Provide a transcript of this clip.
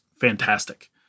fantastic